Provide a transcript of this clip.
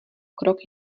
krok